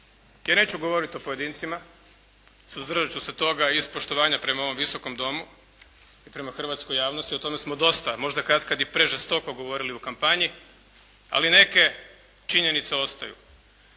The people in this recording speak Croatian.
Ja neću govoriti o pojedincima, suzdržat ću se toga iz poštovanja prema ovom Visokom domu i prema hrvatskoj javnosti. O tome smo dosta, možda katkad i prežestoko govorili o kampanji, ali neke činjenice ostaju.